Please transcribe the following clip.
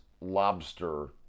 lobster